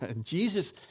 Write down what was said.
Jesus